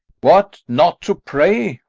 what, not to pray?